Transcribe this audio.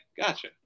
gotcha